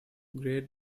great